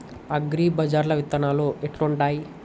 అగ్రిబజార్ల విత్తనాలు ఎట్లుంటయ్?